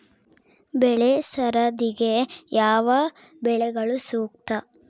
ಬೆಳೆ ಸರದಿಗೆ ಯಾವ ಬೆಳೆಗಳು ಸೂಕ್ತ?